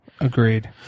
Agreed